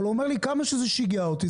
אבל הוא אמר לי שכמה שזה שיגע אותו,